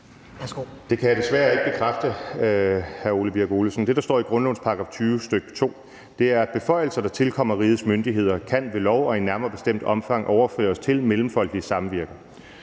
Det kan jeg desværre ikke bekræfte, hr. Ole Birk Olesen. Det, der står i grundlovens § 20, stk. 2 , er, at beføjelser, der tilkommer rigets myndigheder, ved lov og i nærmere bestemt omfang kan overføres til mellemfolkeligt samvirke.